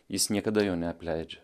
jis niekada jo neapleidžia